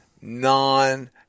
non